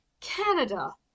Canada